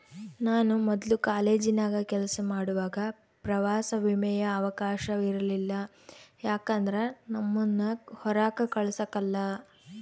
ನಾನು ಮೊದ್ಲು ಕಾಲೇಜಿನಾಗ ಕೆಲಸ ಮಾಡುವಾಗ ಪ್ರವಾಸ ವಿಮೆಯ ಅವಕಾಶವ ಇರಲಿಲ್ಲ ಯಾಕಂದ್ರ ನಮ್ಮುನ್ನ ಹೊರಾಕ ಕಳಸಕಲ್ಲ